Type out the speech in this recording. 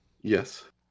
Yes